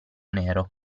nero